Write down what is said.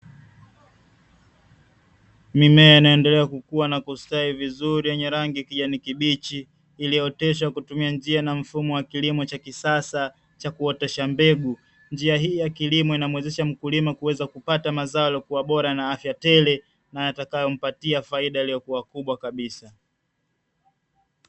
Mimea inaendelea kukua na kustawi vizuri yenye rangi ya kijani kibichi, iliyooteshwa kwa kutumia njia na mfumo wa kilimo cha kisasa cha kuotesha mbegu, njia hii ya kilimo inamwezesha mkulima kuweza kupata mazao yaliokuwa bora na afya tere na yatakayo mpatia faida iliyokuwa kubwa kabisa.